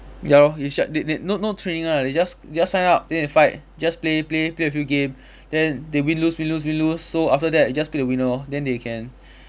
ya lor it's just they they no no training lah they just just sign up then they fight just play play play few game then they win lose win lose win lose so after that just be the winner lor then they can